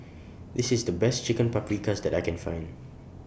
This IS The Best Chicken Paprikas that I Can Find